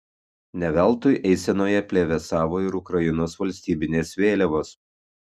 ne veltui eisenoje plevėsavo ir ukrainos valstybinės vėliavos